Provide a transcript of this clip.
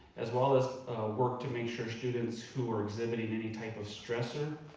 as well as work to make sure students who are exhibiting any type of stressor,